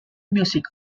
music